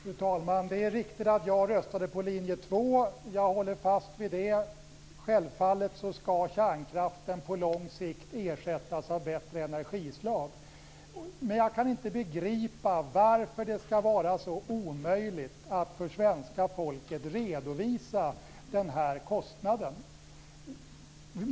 Fru talman! Det är riktigt att jag röstade på linje 2. Jag håller fast vid den - självfallet skall kärnkraften på lång sikt ersättas av bättre energislag. Men jag kan inte begripa varför det skall vara så omöjligt att för svenska folket redovisa kostnaden!